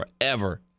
forever